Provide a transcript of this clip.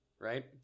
Right